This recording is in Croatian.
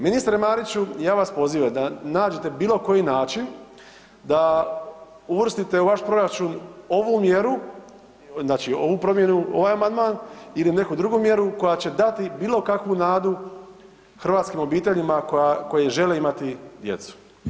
Ministre Mariću ja vas pozivam da nađete bilo koji način da uvrste u vaš proračun ovu mjeru, ovu promjenu, ovaj amandman ili neku drugu mjeru koja će dati bilo kakvu nadu hrvatskim obiteljima koja žele imati djecu.